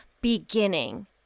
beginning